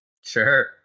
Sure